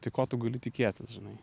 tai ko tu gali tikėtis žinai